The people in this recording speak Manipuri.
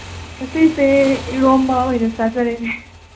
ꯉꯁꯤꯁꯦ ꯏꯔꯣꯟꯕ ꯑꯣꯏꯅ ꯆꯥꯖꯔꯦ